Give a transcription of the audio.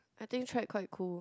I think trek quite cool